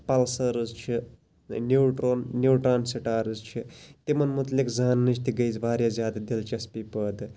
pulsars چھِ neutron neutron stars چھِ تِمَن مُتعلِق زاننِچ تہٕ گٔے اَسہِ واریاہ زیادٕ دِلچَسپی پٲدٕ